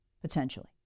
potentially